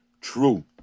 true